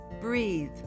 Breathe